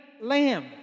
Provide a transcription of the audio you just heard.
lamb